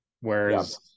Whereas